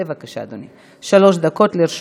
בבקשה, אדוני, שלוש דקות לרשותך.